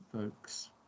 folks